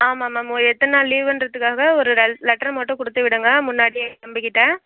ஆமாம் மேம் எத்தனை நாள் லீவுன்றதுக்காக ஒரு லெட்டர் மட்டும் கொடுத்து விடுங்க முன்னாடியே தம்பி கிட்ட